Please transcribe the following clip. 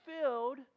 filled